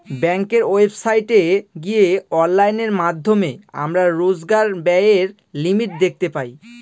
ব্যাঙ্কের ওয়েবসাইটে গিয়ে অনলাইনের মাধ্যমে আমরা রোজকার ব্যায়ের লিমিট দেখতে পাই